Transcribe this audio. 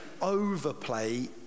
overplay